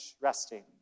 resting